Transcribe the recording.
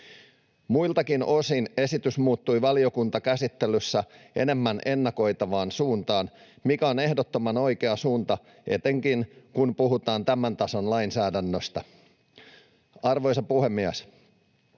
Muiltakin osin esitys muuttui valiokuntakäsittelyssä enemmän ennakoitavaan suuntaan, mikä on ehdottoman oikea suunta, etenkin kun puhutaan tämän tason lainsäädännöstä. Arvoisa puhemies!